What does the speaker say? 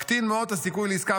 מקטין מאוד את הסיכוי לעסקה,